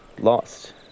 lost